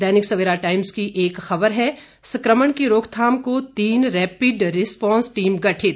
दैनिक Savera Times की एक खबर है संक्रमण की रोकथाम को तीन रैपिड रिस्पांस टीम गठित